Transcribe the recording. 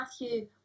Matthew